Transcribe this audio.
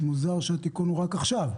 מוזר שהתיקון הוא רק עכשיו.